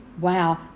Wow